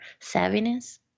savviness